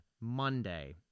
Monday